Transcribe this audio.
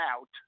out